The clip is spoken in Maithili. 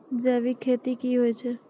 जैविक खेती की होय छै?